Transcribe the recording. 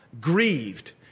grieved